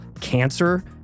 cancer